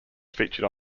featured